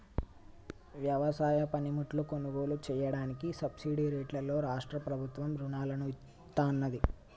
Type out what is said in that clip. వ్యవసాయ పనిముట్లు కొనుగోలు చెయ్యడానికి సబ్సిడీ రేట్లలో రాష్ట్ర ప్రభుత్వం రుణాలను ఇత్తన్నాది